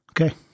Okay